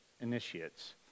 initiates